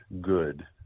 good